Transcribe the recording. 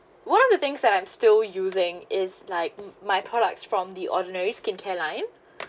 one of the things that I'm still using is like m~ my products from the ordinary skincare line